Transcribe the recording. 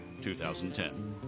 2010